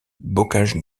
bocage